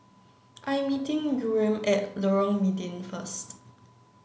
I am meeting Yurem at Lorong Mydin first